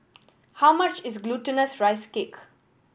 how much is Glutinous Rice Cake